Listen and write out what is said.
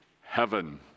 Heaven